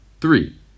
Three